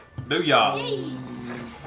Booyah